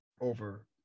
over